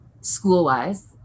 school-wise